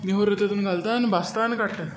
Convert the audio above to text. नेवऱ्यो तातूंत घालता आनी भाजता आनी काडटा